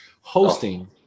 hosting